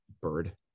Bird